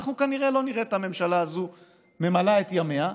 שאנחנו כנראה לא נראה את הממשלה הזו ממלאה את ימיה.